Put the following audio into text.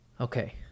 Okay